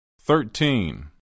Thirteen